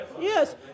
Yes